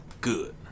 good